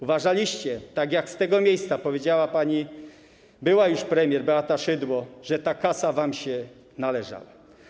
Uważaliście, tak jak z tego miejsca powiedziała pani była już premier Beata Szydło, że ta kasa wam się należała.